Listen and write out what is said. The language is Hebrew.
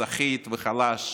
סחיט וחלש.